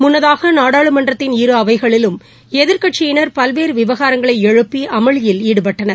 முன்னதாக நாடாளுமன்றத்தின் இரு அவைகளிலும் எதிர்க்கட்சியினர் பல்வேறு விவகாரங்களை எழுப்பி அமளியில் ஈடுபட்டனர்